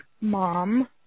mom